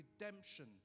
redemption